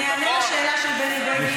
הינה, אני אענה על השאלה של בני בגין.